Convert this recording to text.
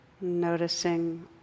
noticing